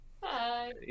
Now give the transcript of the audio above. Bye